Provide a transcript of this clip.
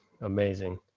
amazing